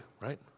right